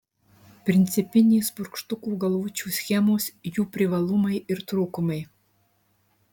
principinės purkštukų galvučių schemos jų privalumai ir trūkumai